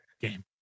game